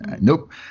nope